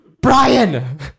Brian